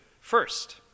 first